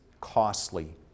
costly